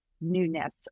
newness